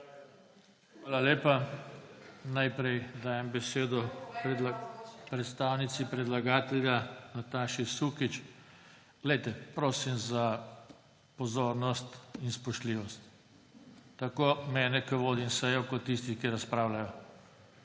Hvala lepa. Najprej dajem besedo predstavnici predlagatelja Nataši Sukič. Prosim za pozornost in spoštljivost – tako mene, ki vodim sejo, kot tistih, ki razpravljajo.